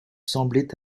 semblaient